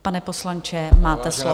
Pane poslanče, máte slovo.